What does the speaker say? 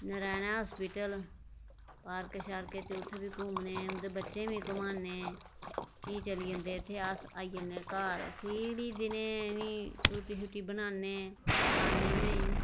Narayana hospital पार्कै शार्कै च उत्थै बी घूमने उद्धर बच्चे ई घुमाने भी चली जंदे इत्थै अस आई जन्ने घर फ्ही दिने आह्ली रुट्टी शुट्टी बनाने खलानें उ'नें ई